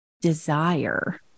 desire